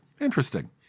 Interesting